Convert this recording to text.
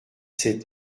sept